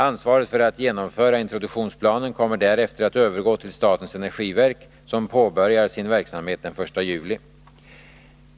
Ansvaret för att genomföra introduktionsplanen kommer därefter att övergå till statens energiverk, som påbörjar sin verksamhet den 1 juli.